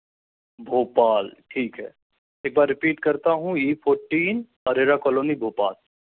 भोपाल ठीक है एक बार रिपीट करता हूँ E fourteen Arera colony Bhopal